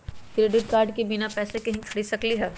Credit card से बिना पैसे के ही खरीद सकली ह?